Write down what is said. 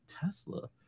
Tesla